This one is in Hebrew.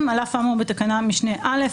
"על אף האמור בתקנה משנה (א),